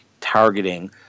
targeting